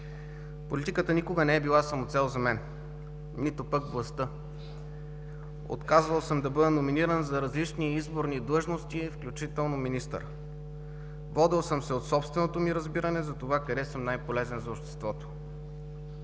Политиката никога не е била самоцел за мен, нито пък властта! Отказвал съм да бъда номиниран за различни изборни длъжности, включително министър. Водел съм се от собственото ми разбиране къде съм най-полезен за обществото.